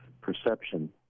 perception